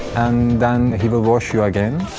and then he will wash you again,